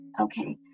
Okay